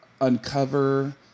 uncover